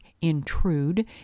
Intrude